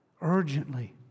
urgently